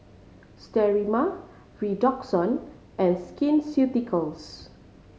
Sterimar Redoxon and Skin Ceuticals